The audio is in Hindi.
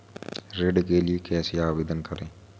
ऋण के लिए कैसे आवेदन करें?